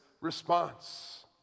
response